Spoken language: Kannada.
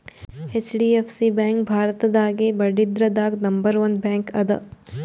ಹೆಚ್.ಡಿ.ಎಫ್.ಸಿ ಬ್ಯಾಂಕ್ ಭಾರತದಾಗೇ ಬಡ್ಡಿದ್ರದಾಗ್ ನಂಬರ್ ಒನ್ ಬ್ಯಾಂಕ್ ಅದ